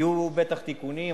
יהיו בטח תיקונים,